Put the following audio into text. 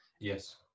Yes